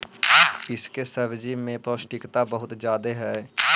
इसके सब्जी में पौष्टिकता बहुत ज्यादे हई